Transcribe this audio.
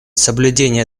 соблюдение